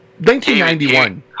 1991